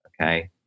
okay